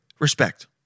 Respect